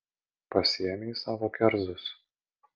pasiėmei savo kerzus